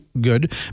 good